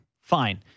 fine